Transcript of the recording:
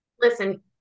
Listen